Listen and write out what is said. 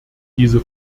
diese